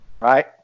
right